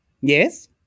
Yes